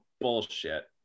bullshit